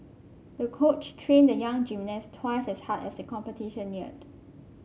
the coach trained the young gymnast twice as hard as the competition neared